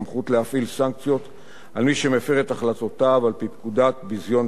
סנקציות על מי שמפר את החלטותיו על-פי פקודת ביזיון בית-המשפט.